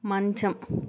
మంచం